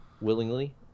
willingly